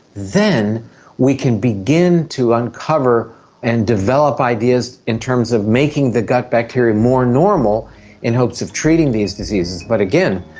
then we can begin to undercover and develop ideas in terms of making the gut bacteria more normal in hopes of treating these diseases. but again,